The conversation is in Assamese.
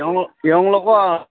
তেওঁ তেওঁলোকৰ